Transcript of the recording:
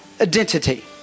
identity